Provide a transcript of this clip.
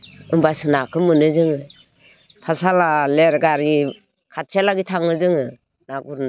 होमबासो नाखौ मोनो जोङो पातसाला लेर गारि खाथिहालागै थाङो जोङो ना गुरनो